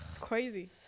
Crazy